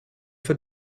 für